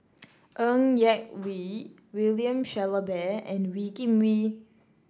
Ng Yak Whee William Shellabear and Wee Kim Wee